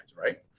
right